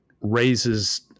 raises